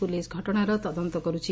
police ଘଟଣାର ତଦନ୍ତ କରୁଛି